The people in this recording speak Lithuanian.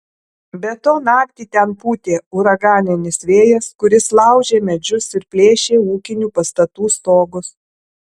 be to naktį ten pūtė uraganinis vėjas kuris laužė medžius ir plėšė ūkinių pastatų stogus